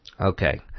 Okay